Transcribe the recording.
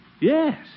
Yes